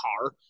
car